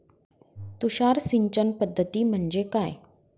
तुषार सिंचन पद्धती म्हणजे काय?